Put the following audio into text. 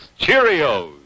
Cheerios